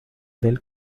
del